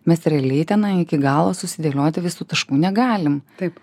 mes realiai tenai iki galo susidėlioti visų taškų negalim taip